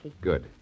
Good